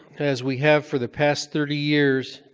as we have for the past thirty years,